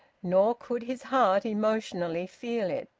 nor could his heart emotionally feel it.